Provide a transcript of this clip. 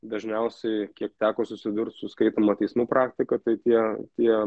dažniausiai kiek teko susidurt su skaitoma teismų praktika tai tie tie